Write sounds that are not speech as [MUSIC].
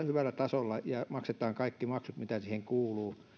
[UNINTELLIGIBLE] hyvällä tasolla ja maksetaan kaikki maksut mitä siihen kuuluu